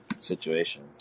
situation